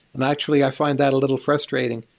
naturally, i find that a little frustrating.